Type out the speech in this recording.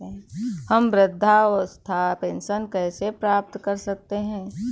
हम वृद्धावस्था पेंशन कैसे प्राप्त कर सकते हैं?